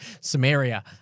Samaria